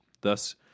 thus